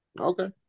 Okay